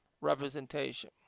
representation